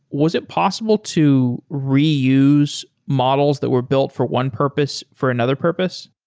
was it possible to reuse models that were built for one purpose for another purpose?